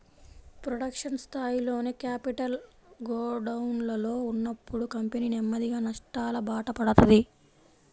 production స్థాయిలోనే capital గోడౌన్లలో ఉన్నప్పుడు కంపెనీ నెమ్మదిగా నష్టాలబాట పడతది